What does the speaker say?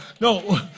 No